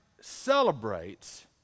celebrates